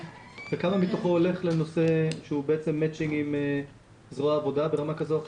כמה מתוכו הולך למצ'ינג עם זרוע העבודה ברמה כזו או אחרת,